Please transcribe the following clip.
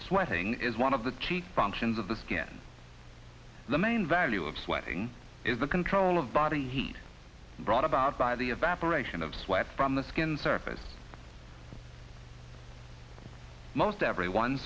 sweating is one of the chief functions of the skin the main value of sweating is the control of body heat brought about by the evaporation of sweat from the skin surface most everyone